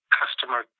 customer